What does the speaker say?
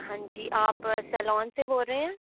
हांजी आप सैलोन से बोल रहे हैं